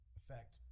effect